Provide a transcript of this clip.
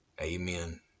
Amen